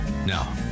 Now